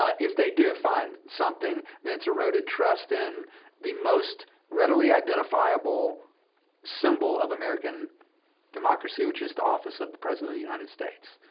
ah if they do find something, then it's eroded trust in the most readily identifiable symbol of american democracy, which is the office of the president of the united states.